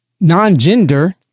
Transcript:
non-gender